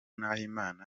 nahimana